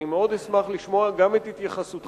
אני מאוד אשמח לשמוע גם את התייחסותך,